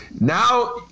Now